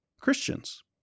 Christians